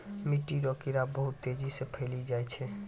मिट्टी रो कीड़े बहुत तेजी से फैली जाय छै